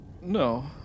No